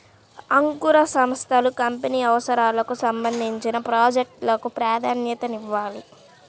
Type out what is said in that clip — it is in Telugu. అంకుర సంస్థలు కంపెనీ అవసరాలకు సంబంధించిన ప్రాజెక్ట్ లకు ప్రాధాన్యతనివ్వాలి